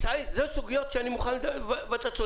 אלה סוגיות שאני מוכן לטפל בהן, ואתה צודק.